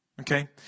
okay